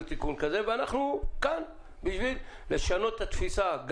תיקון כזה ואנחנו כאן בשביל לשנות את התפיסה.